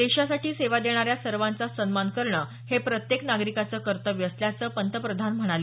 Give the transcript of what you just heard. देशासाठी सेवा देणाऱ्या सर्वांचा सन्मान करण हे प्रत्येक नागरिकांच कर्तव्य असल्याच पंतप्रधान म्हणाले